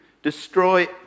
destroy